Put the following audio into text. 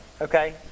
Okay